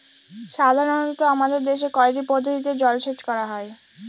সাধারনত আমাদের দেশে কয়টি পদ্ধতিতে জলসেচ করা হয়?